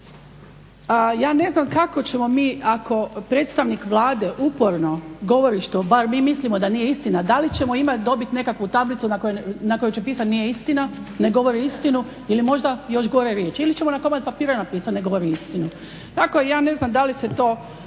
ja ne znam kako ćemo mi ako predstavnik Vlade uporno govori što bar mi mislimo da nije istina, da li ćemo imati, dobiti nekakvu tablicu na kojoj će pisati nije istina, ne govori istinu ili možda još gore riječ. Ili ćemo na komad papira napisati ne govori istinu. Tako ja ne znam da li se to